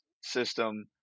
system